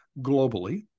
globally